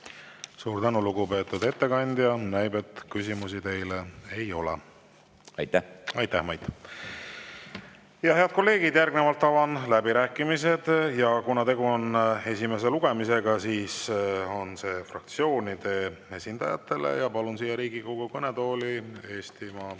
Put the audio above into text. Suur tänu, lugupeetud ettekandja! Näib, et küsimusi teile ei ole. Aitäh! Aitäh, Mait! Head kolleegid, järgnevalt avan läbirääkimised. Kuna tegu on esimese lugemisega, siis on see fraktsioonide esindajatele. Palun siia Riigikogu kõnetooli Eesti